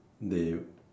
they